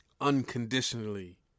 Unconditionally